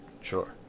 sure